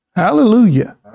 Hallelujah